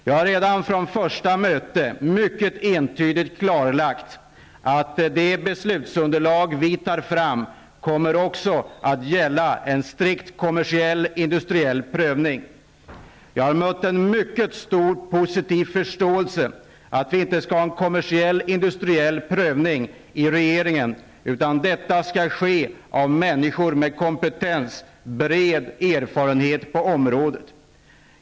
Jag har redan från första mötet uttryckligen klarlagt att det beslutsunderlag vi tar fram också kommer att gälla en strikt kommersiell-industriell prövning. Jag har mött en mycket stor positiv förståelse för att vi inte skall göra en kommersiell-industriell prövning i regeringen. En sådan skall göras av människor med kompetens och bred erfarenhet på området.